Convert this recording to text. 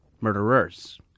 murderers